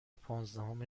پانزدهم